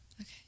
Okay